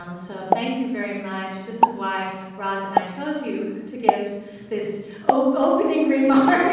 um so, thank you very much. this is why raz and i chose you to give this opening remark,